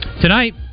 Tonight